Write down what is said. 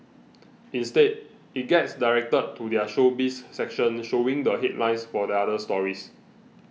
instead it gets directed to their Showbiz section showing the headlines for other stories